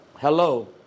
Hello